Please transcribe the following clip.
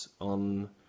on